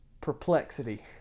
perplexity